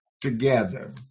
together